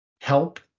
help